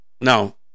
No